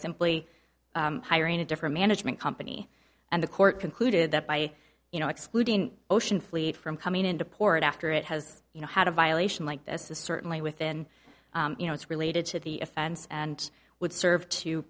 simply hiring a different management company and the court concluded that by you know excluding ocean fleet from coming into port after it has you know how to violation like this is certainly within you know it's related to the offense and would serve to